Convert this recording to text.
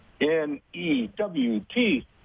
N-E-W-T